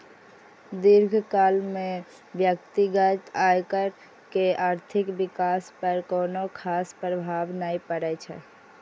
दीर्घकाल मे व्यक्तिगत आयकर के आर्थिक विकास पर कोनो खास प्रभाव नै पड़ै छै